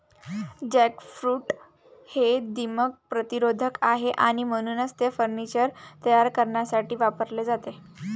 jackfruit हे दीमक प्रतिरोधक आहे आणि म्हणूनच ते फर्निचर तयार करण्यासाठी वापरले जाते